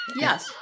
Yes